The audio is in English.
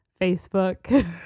Facebook